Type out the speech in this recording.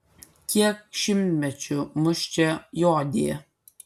kiek šimtmečių mus čia jodė